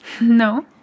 No